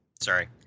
sorry